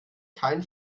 kein